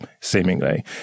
seemingly